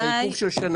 אז זה עיכוב של שנה.